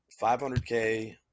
500K